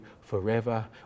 forever